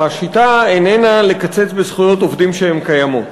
השיטה איננה לקצץ בזכויות עובדים קיימות.